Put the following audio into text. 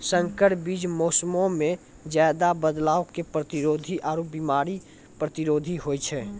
संकर बीज मौसमो मे ज्यादे बदलाव के प्रतिरोधी आरु बिमारी प्रतिरोधी होय छै